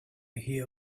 hear